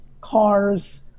cars